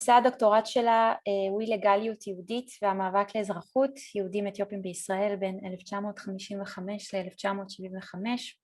זה הדוקטורט שלה, הוא אילגליות יהודית והמאבק לאזרחות יהודים אתיופים בישראל בין 1955 ל-1975